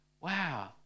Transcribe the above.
wow